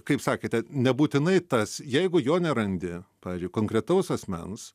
kaip sakėte nebūtinai tas jeigu jo nerandi pavyzdžiui konkretaus asmens